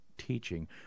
teaching